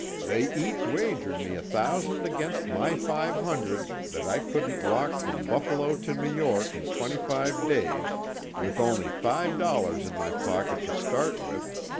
they each wagered me a thousand against my five hundred that i couldn't walk from buffalo to new york in twenty-five days with only five dollars in my pocket to start with,